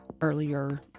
earlier